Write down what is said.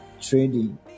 trading